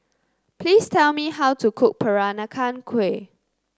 please tell me how to cook Peranakan Kueh